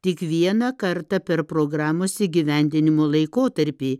tik vieną kartą per programos įgyvendinimo laikotarpį